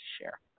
share